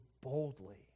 boldly